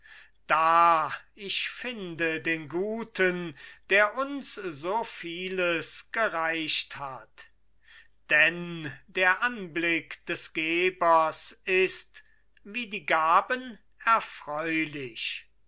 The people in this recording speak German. da ich finde den guten der uns so vieles gereicht hat denn der anblick des gebers ist wie die gaben erfreulich